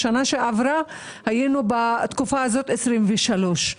בתקופה הזו בשנה שעברה היינו על 23 נרצחים,